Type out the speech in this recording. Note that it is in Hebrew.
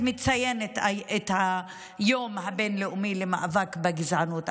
מציינת את היום הבין-לאומי למאבק בגזענות,